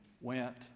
went